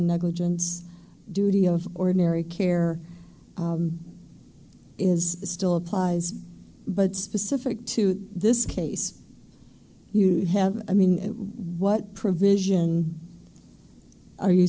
negligence duty of ordinary care is it still applies but specific to this case you have i mean what provision are you